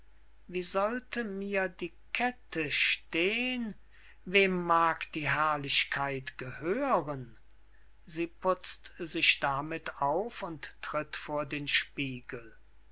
wie sollte mir die kette stehn wem mag die herrlichkeit gehören sie putzt sich damit auf und tritt vor den spiegel